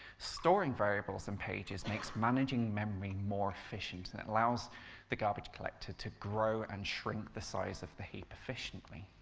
storing variables in pages makes managing memory more efficient. and it allows the garbage collector to grow and shrink the size of the heap efficiently.